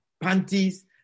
panties